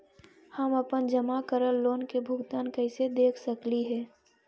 हम अपन जमा करल लोन के भुगतान कैसे देख सकली हे?